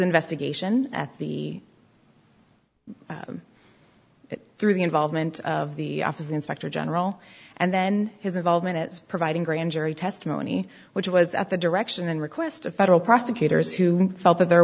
investigation at the it through the involvement of the office of inspector general and then his involvement it's providing grand jury testimony which was at the direction and request of federal prosecutors who felt that there